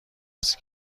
هست